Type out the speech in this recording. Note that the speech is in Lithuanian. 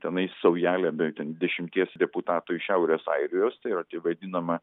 tenai saujelė beveik ten dešimties deputatų iš šiaurės airijos tai yra tie vadinama